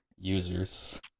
users